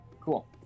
cool